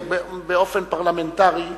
באופן פרלמנטרי,